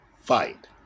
fight